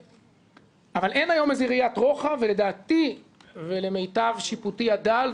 אין היום איזו ראיית רוחב ולדעתי ולמיטב שיפוטי הדל,